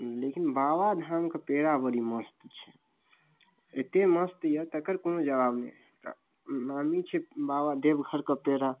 लेकिन बाबाधामके पेड़ा बड़ी मस्त छै एतेक मस्त अइ तकर कोनो जवाब नहि नामी छै बाबा देवघरके पेड़ा